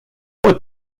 what